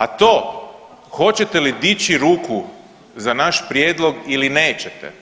A to hoćete li dići ruku za naš prijedlog ili nećete